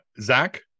Zach